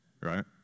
right